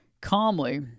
calmly